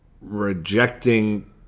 rejecting